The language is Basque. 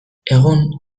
egun